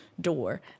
door